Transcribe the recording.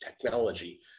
technology